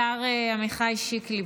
השר עמיחי שיקלי,